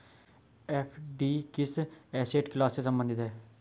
FD किस asset class से संबंधित है?